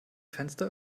fenster